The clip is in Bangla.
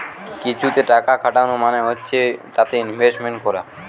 কিছুতে টাকা খাটানো মানে হচ্ছে তাতে ইনভেস্টমেন্ট করা